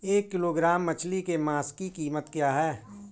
एक किलोग्राम मछली के मांस की कीमत क्या है?